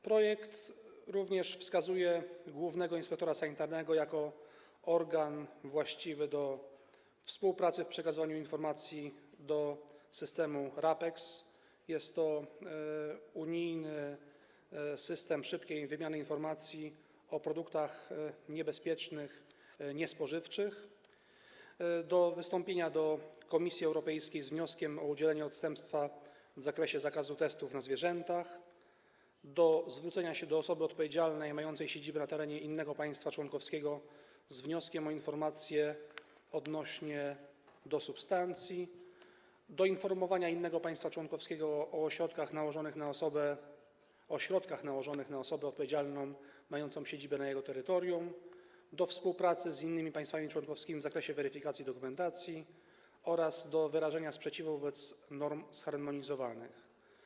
Projekt wskazuje również głównego inspektora sanitarnego jako organ właściwy do współpracy w przekazywaniu informacji do systemu RAPEX - jest to unijny system szybkiej wymiany informacji o niespożywczych produktach niebezpiecznych - do wystąpienia do Komisji Europejskiej z wnioskiem o udzielenie odstępstwa w zakresie zakazu przeprowadzania testów na zwierzętach, do zwrócenia się do osoby odpowiedzialnej mającej siedzibę na terenie innego państwa członkowskiego z wnioskiem o informację odnośnie do substancji, do informowania innego państwa członkowskiego o środkach nałożonych na osobę odpowiedzialną mającą siedzibę na jego terytorium, do współpracy z innymi państwami członkowskimi w zakresie weryfikacji dokumentacji oraz do wyrażenia sprzeciwu wobec norm zharmonizowanych.